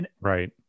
Right